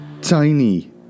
tiny